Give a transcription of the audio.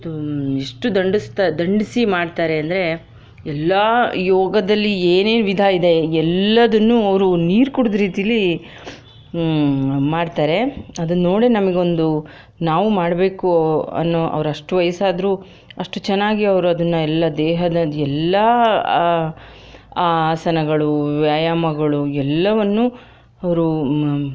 ತುಂಬ ಎಷ್ಟು ದಂಡಸ್ತಾ ದಂಡಿಸಿ ಮಾಡ್ತಾರೆ ಅಂದರೆ ಎಲ್ಲ ಯೋಗದಲ್ಲಿ ಏನೇನು ವಿಧ ಇದೆ ಎಲ್ಲದನ್ನೂ ಅವರು ನೀರು ಕುಡ್ದ ರೀತೀಲಿ ಮಾಡ್ತಾರೆ ಅದನ್ನು ನೋಡೇ ನಮಗೊಂದು ನಾವೂ ಮಾಡಬೇಕು ಅನ್ನೋ ಅವ್ರಷ್ಟು ವಯ್ಸಾದ್ರೂ ಅಷ್ಟು ಚೆನ್ನಾಗಿ ಅವ್ರು ಅದನ್ನು ಎಲ್ಲ ದೇಹದ ಎಲ್ಲ ಆ ಆಸನಗಳು ವ್ಯಾಯಾಮಗಳು ಎಲ್ಲವನ್ನೂ ಅವರು